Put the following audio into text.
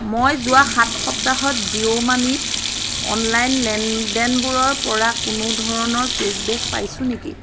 মই যোৱা সাত সপ্তাহত জিঅ' মানিত অনলাইন লেনদেনবোৰৰ পৰা কোনো ধৰণৰ কেচ বেক পাইছোঁ নেকি